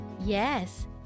Yes